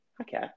okay